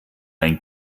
ein